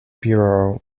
bureau